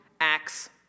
acts